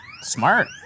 Smart